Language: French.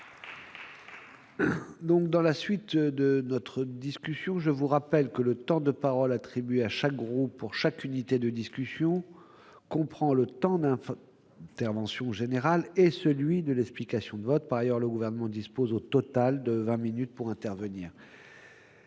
local. Mes chers collègues, je vous rappelle que le temps de parole attribué à chaque groupe pour chaque discussion comprend le temps de l'intervention générale et celui de l'explication de vote. Par ailleurs, le Gouvernement dispose au total de vingt minutes pour intervenir.